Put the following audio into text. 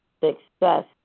success